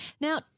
Now